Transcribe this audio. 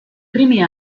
primi